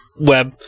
web